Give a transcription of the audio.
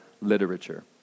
literature